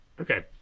okay